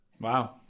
Wow